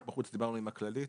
בחוץ דיברנו עם הכללית,